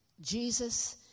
Jesus